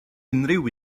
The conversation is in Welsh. unrhyw